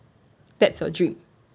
that's your dream